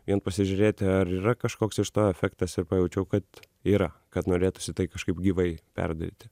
vien pasižiūrėti ar yra kažkoks iš to efektas ir pajaučiau kad yra kad norėtųsi tai kažkaip gyvai perdaryti